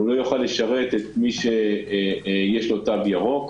לא יוכל לשרת את מי שיש לו תו ירוק.